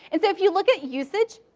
and so if you look at usage,